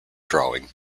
drawing